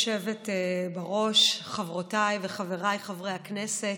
היושבת-ראש, חברותיי וחבריי חברי הכנסת,